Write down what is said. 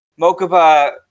Mokuba